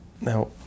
now